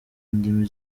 indimi